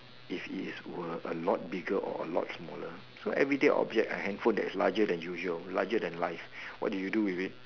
if it is were a lot bigger or a lot smaller so everyday object a handphone that is larger than usual larger than life what do you do with it